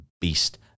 beast